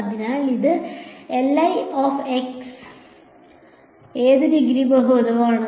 അതിനാൽ ഇത് ഏത് ഡിഗ്രിയുടെ ബഹുപദമാണ്